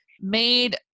made